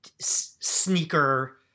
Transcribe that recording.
sneaker